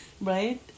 right